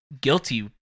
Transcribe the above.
guilty